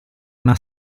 una